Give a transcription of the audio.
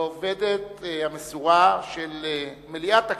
לעובדת המסורה של מליאת הכנסת,